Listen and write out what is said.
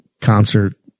concert